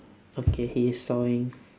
okay he's sawing